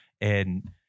And-